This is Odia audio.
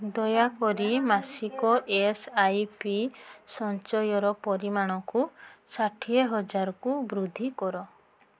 ଦୟାକରି ମାସିକ ଏସ୍ ଆଇ ପି ସଞ୍ଚୟର ପରିମାଣକୁ ଷାଠିଏ ହଜାରକୁ ବୃଦ୍ଧି କର